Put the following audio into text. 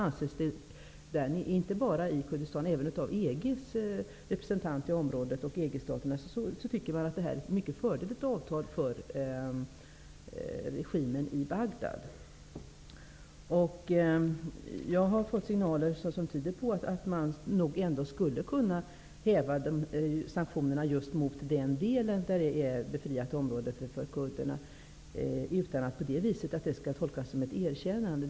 Det är inte bara i Kurdistan man anser att det är ett mycket förmånligt avtal för regimen i Bagdad, utan den åsikten delas av EG:s representanter i området och Jag har fått signaler som tyder på att man nog ändå skulle kunna häva sanktionerna just mot den delen där kurderna har ett befriat område utan att det skall tolkas som ett erkännande.